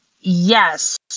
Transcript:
Yes